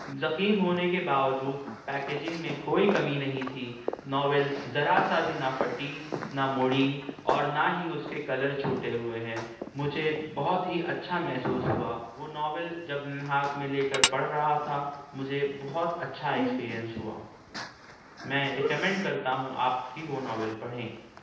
ضخیم ہونے کے باوجود بیکیجنگ میں کوئی کمی نہیں تھی ناول ذرا سا بھی نہ پھٹی نہ مڑی اور نہ ہی اس کے کلر چھوٹے ہوئے ہیں مجھے بہت ہی اچھا محسوس ہوا وہ ناول جب ہاتھ میں لے کر پڑھ رہا تھا مجھے بہت اچھا ایکسپیرئنس ہوا میں ریکمنڈ کرتا ہوں آپ کہ وہ ناول پڑھیں